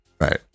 Right